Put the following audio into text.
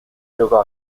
giocò